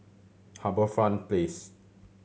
HarbourFront Place